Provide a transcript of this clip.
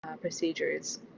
procedures